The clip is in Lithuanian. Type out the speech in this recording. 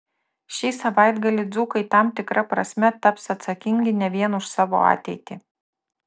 šį savaitgalį dzūkai tam tikra prasme taps atsakingi ne vien už savo ateitį